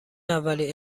اولین